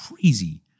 crazy